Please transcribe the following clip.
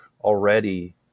already